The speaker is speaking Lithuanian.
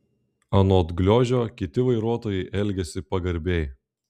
anot gliožio kiti vairuotojai elgiasi pagarbiai